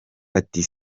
ati